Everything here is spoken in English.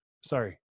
Sorry